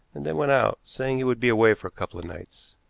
and then went out, saying he would be away for a couple of nights.